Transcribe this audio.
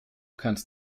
kannst